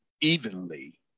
evenly